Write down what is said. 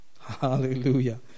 Hallelujah